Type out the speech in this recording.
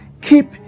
Keep